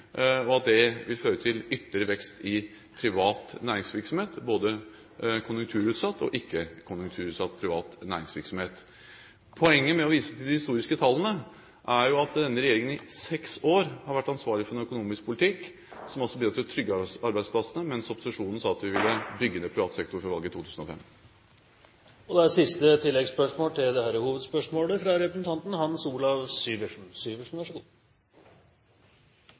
at det vil føre til ytterligere vekst i privat næringsvirksomhet – både konjunkturutsatt og ikke-konjunkturutsatt privat næringsvirksomhet. Poenget med å vise til de historiske tallene er at denne regjeringen i seks år har vært ansvarlig for en økonomisk politikk som bidrar til å trygge arbeidsplassene, mens opposisjonen sa at vi ville bygge ned privat sektor før valget i 2005. Hans Olav Syversen – til oppfølgingsspørsmål. Det